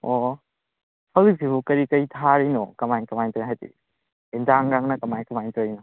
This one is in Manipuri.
ꯑꯣ ꯍꯧꯖꯤꯛꯁꯤꯕꯨ ꯀꯔꯤ ꯀꯔꯤ ꯊꯥꯔꯤꯅꯣ ꯀꯃꯥꯏ ꯀꯃꯥꯏꯅ ꯇꯧꯔꯤꯅꯣ ꯍꯥꯏꯗꯤ ꯏꯟꯖꯥꯡ ꯅꯨꯡꯖꯥꯡꯅ ꯀꯃꯥꯏ ꯀꯃꯥꯏꯅ ꯇꯧꯔꯤꯅꯣ